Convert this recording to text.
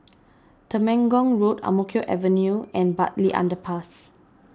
Temenggong Road Ang Mo Kio Avenue and Bartley Underpass